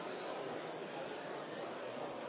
i